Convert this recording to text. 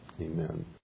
Amen